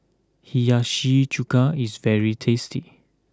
Hiyashi Chuka is very tasty